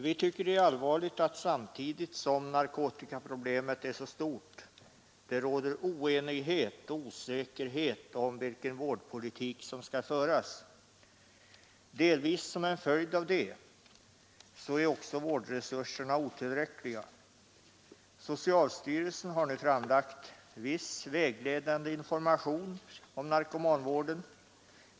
Vi tycker det är allvarligt att det samtidigt som narkotikaproblemet är så stort råder oenighet och osäkerhet om vilken vårdpolitik som skall föras. Delvis som en följd av detta är också vårdresurserna otillräckliga. Socialstyrelsen har nu framlagt viss vägledande information om narkomanvården.